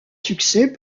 succès